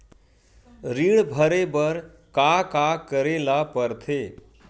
ऋण भरे बर का का करे ला परथे?